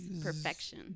Perfection